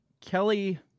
Kelly